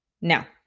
Now